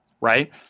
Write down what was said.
right